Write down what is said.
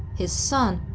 his son,